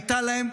הייתה להם,